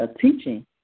teaching